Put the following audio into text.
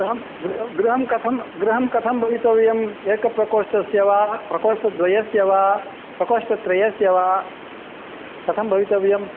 गृहं गृहं गृहं कथं गृहं कथं भवितव्यम् एकप्रकोष्ठस्य वा प्रकोष्ठद्वयस्य वा प्रकोष्ठत्रयस्य वा कथं भवितव्यम्